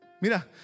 Mira